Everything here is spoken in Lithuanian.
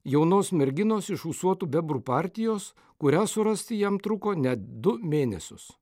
jaunos merginos iš ūsuotų bebrų partijos kurią surasti jam truko net du mėnesius